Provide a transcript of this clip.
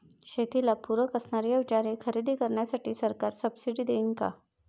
शेतीला पूरक असणारी अवजारे खरेदी करण्यासाठी सरकार सब्सिडी देईन का?